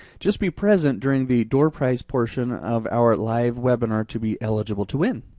just be present during the door prize portion of our live webinar to be eligible to win.